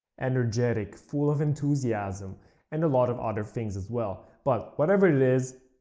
energetic, full of enthusiasm, and a lot of other things as well but, whatever it is,